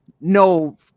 no